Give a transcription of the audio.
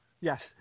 Yes